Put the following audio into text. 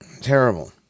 Terrible